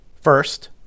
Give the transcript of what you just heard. First